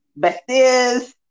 Besties